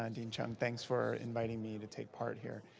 um dean chiang, thanks for inviting me to take part here.